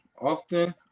often